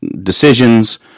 decisions